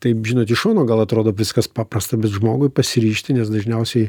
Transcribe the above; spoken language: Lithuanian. taip žinot iš šono gal atrodo viskas paprasta bet žmogui pasiryžti nes dažniausiai